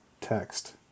text